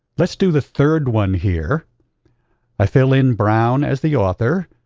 let's do the third one. here i fill in brown as the author,